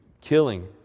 killing